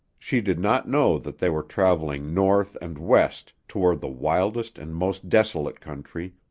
she did not know that they were traveling north and west toward the wildest and most desolate country,